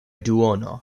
duono